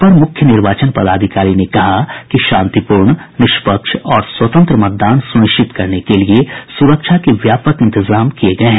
अपर मुख्य निर्वाचन पदाधिकारी ने कहा कि शांतिपूर्ण निष्पक्ष और स्वतंत्र मतदान सुनिश्चित करने के लिए सुरक्षा के व्यापक इंतजाम किये गये हैं